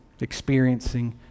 experiencing